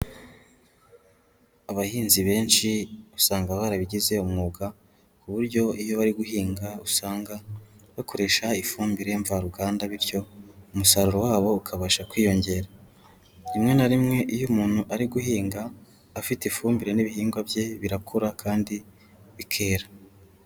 Abahinzi benshi usanga barabigize umwuga ku buryo iyo bari guhinga usanga bakoresha ifumbire mvaruganda bityo umusaruro wabo ukabasha kwiyongera. Rimwe na rimwe iyo umuntu ari guhinga afite ifumbire n'ibihingwa bye, birakura kandi bikera.